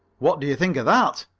what do you think of that?